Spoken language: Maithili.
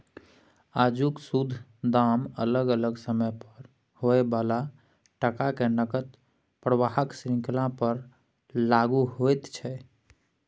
आजुक शुद्ध दाम अलग अलग समय पर होइ बला टका के नकद प्रवाहक श्रृंखला पर लागु होइत छै